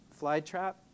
flytrap